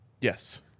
Yes